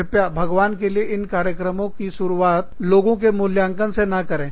कृपया भगवान के लिए इन कार्यक्रमों की शुरुआत लोगों के मूल्यांकन से ना करें